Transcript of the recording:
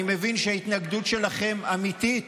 אני מבין שההתנגדות שלכם אמיתית